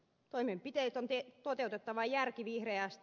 toimenpiteet on toteutettava järkivihreästi